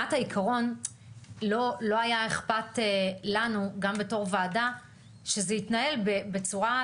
ברמת העיקרון לא היה אכפת לנו גם בתור וועדה שזה יתנהל בצורה,